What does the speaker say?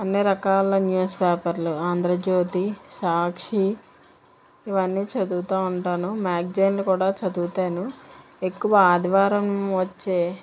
అన్నీ రకాల న్యూస్ పేపర్లు ఆంధ్రజ్యోతి సాక్షి ఇవన్నీ చదువుతూ ఉంటాను మ్యాగ్జైన్లు కూడా చదువుతాను ఎక్కువ ఆదివారం వచ్చే